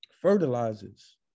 fertilizes